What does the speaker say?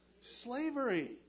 slavery